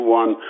one